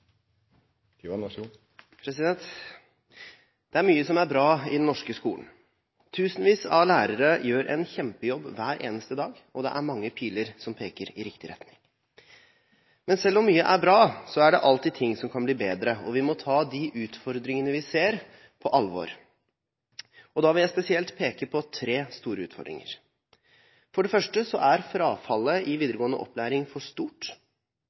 plass en så viktig lov. Flere har ikke bedt om ordet til sak nr. 2. Det er mye som er bra i den norske skolen. Tusenvis av lærere gjør en kjempejobb hver eneste dag, og det er mange piler som peker i riktig retning. Men selv om mye er bra, er det alltid ting som kan bli bedre, og vi må ta de utfordringene vi ser, på alvor. Da vil jeg spesielt peke på tre store utfordringer. For det første er frafallet i videregående opplæring for stort,